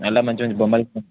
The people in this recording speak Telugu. దానిలో మంచి బొమ్మలు